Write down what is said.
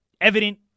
evident